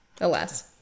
alas